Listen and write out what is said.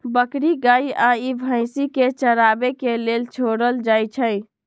बकरी गाइ आ भइसी के चराबे के लेल छोड़ल जाइ छइ